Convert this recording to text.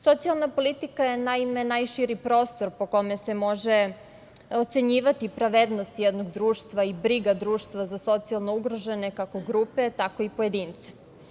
Socijalna politika je, naime, najširi prostor po kome se može ocenjivati pravednost jednog društva i briga društva za socijalno ugrožene, kako grupe, tako i pojedince.